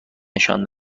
نشان